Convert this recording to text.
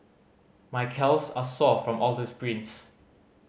my calves are sore from all the sprints